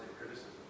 criticism